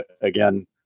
again